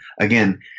again